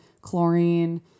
chlorine